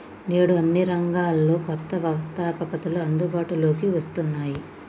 నేడు అన్ని రంగాల్లో కొత్త వ్యవస్తాపకతలు అందుబాటులోకి వస్తున్నాయి